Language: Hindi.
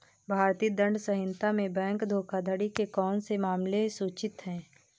भारतीय दंड संहिता में बैंक धोखाधड़ी के कौन से मामले सूचित हैं?